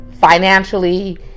financially